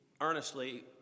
earnestly